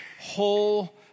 whole